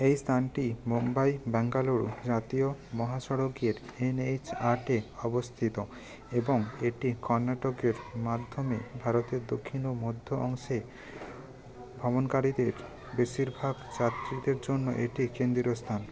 এই স্থানটি মুম্বাই বেঙ্গালুরু জাতীয় মহাসড়কের এনএইচ আরকে অবস্থিত এবং এটি কর্ণাটকের মাধ্যমে ভারতের দক্ষিণ ও মধ্য অংশে ভমণকারীদের বেশিরভাগ যাত্রীদের জন্য এটি কেন্দ্রীয় স্থান